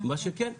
מה שכן,